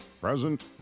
Present